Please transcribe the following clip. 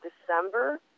December